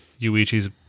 Yuichi's